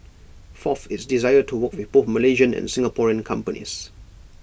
fourth its desire to work with both Malaysian and Singaporean companies